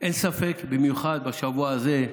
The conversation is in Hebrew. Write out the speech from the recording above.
אין ספק, במיוחד בשבוע הזה,